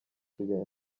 bibiri